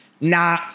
nah